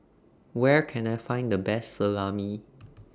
Where Can I Find The Best Salami